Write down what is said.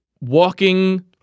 walking